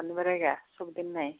ଶନିବାର ଏକା ସବୁଦିନ ନାଇଁ